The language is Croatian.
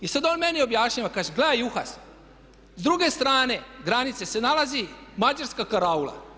I sad on meni objašnjava, kaže gle Juhas s druge strane granice se nalazi mađarska karaula.